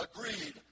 agreed